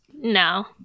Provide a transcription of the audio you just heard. No